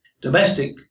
domestic